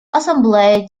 ассамблея